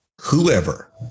Whoever